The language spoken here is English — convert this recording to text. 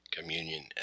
communion